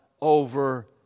over